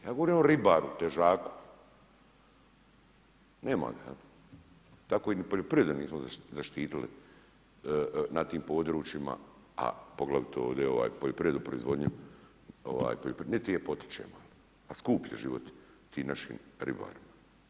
Ja govorim o ribaru, težaku, nema ga, tako i poljoprivredu nismo zaštitili na tim područjima a poglavito ovdje poljoprivredne proizvodnje, niti je potičemo a skup je život tim našim ribarima.